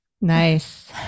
Nice